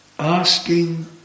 Asking